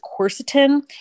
quercetin